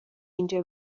اینجا